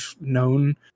known